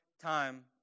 time